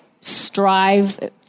strive